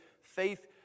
faith